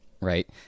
right